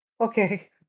Okay